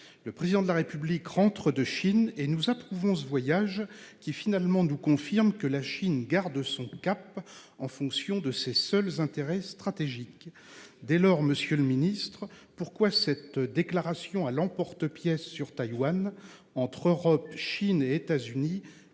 Le Président de la République rentre de Chine. Nous approuvons ce voyage, qui nous confirme que, finalement, la Chine garde son cap, en fonction de ses seuls intérêts stratégiques. Dès lors, monsieur le ministre, pourquoi cette déclaration à l'emporte-pièce sur Taïwan ? Entre Europe, Chine et États-Unis,